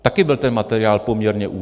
Také byl ten materiál poměrně útlý.